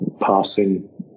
passing